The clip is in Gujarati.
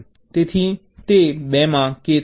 તેથી તે 2 માં k થશે